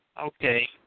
Okay